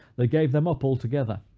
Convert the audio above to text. they gave them up altogether.